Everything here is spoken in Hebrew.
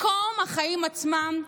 במקום החיים עצמם,